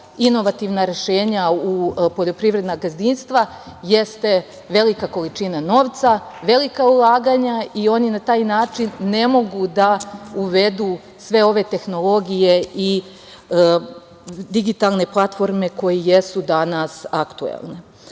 inovativna rešenja u poljoprivredna gazdinstva jeste velika količina novca, velika ulaganja i oni na taj način ne mogu da uvedu sve ove tehnologije i digitalne platforme koje i jesu danas aktuelne. Takođe,